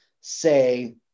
say